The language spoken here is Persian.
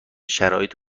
شرایط